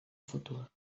futur